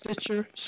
Stitcher